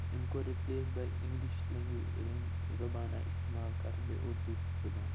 أمۍ کوٚر replace by English language language زَبان آیہِ اِستعمال کَرنہٕ بیٚیہِ اُردو زبان